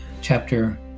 chapter